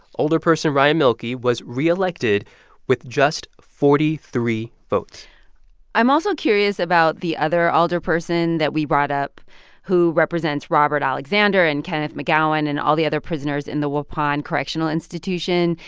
alderperson ryan mielke was reelected with just forty three votes i'm also curious about the other alderperson that we brought up who represents robert alexander and kenneth mcgowan and all the other prisoners in the waupun correctional institution.